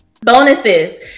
Bonuses